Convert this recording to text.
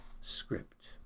script